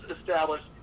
established